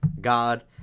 god